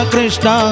Krishna